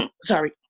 sorry